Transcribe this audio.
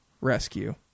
Rescue